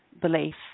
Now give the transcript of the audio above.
Belief